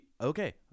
Okay